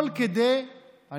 בסדר, תנוחו קצת.